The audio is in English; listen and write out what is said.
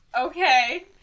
Okay